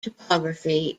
topography